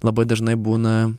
labai dažnai būna